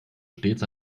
stets